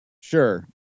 Sure